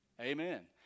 Amen